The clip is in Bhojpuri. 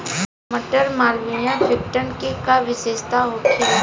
मटर मालवीय फिफ्टीन के का विशेषता होखेला?